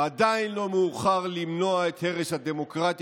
עדיין לא מאוחר למנוע את הרס הדמוקרטיה,